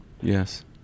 Yes